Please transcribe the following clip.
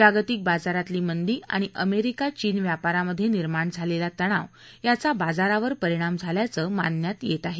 जागतिक बाजारातली मंदी आणि अमेरिका चीन व्यापारामध्ये निर्माण झालेला तणाव याचा बाजारावर परिणाम झाल्याचं मानण्यात येत आहे